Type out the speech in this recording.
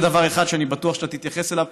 זה דבר אחד שאני בטוח שאתה תתייחס אליו,